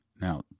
Now